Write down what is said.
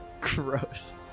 Gross